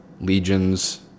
Legions